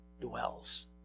dwells